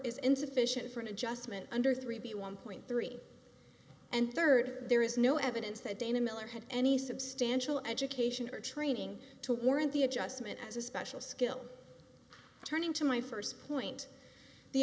is insufficient for an adjustment under three b one point three and third there is no evidence that dana miller had any substantial education or training to warrant the adjustment as a special skill turning to my first point the